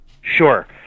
Sure